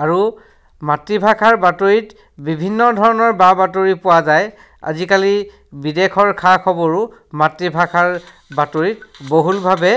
আৰু মাতৃভাষাৰ বাতৰিত বিভিন্ন ধৰণৰ বা বাতৰি পোৱা যায় আজিকালি বিদেশৰ খা খবৰো মাতৃভাষাৰ বাতৰিত বহুলভাৱে